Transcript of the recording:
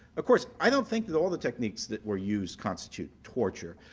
of course, i don't think that all the techniques that were used constitute torture.